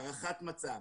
הערכת מצב,